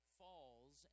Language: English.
falls